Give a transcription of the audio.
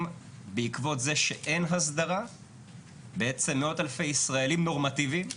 בעקבות זה שאין הסדרה בעצם מאות אלפי ישראליים נורמטיביים,